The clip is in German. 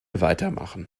weitermachen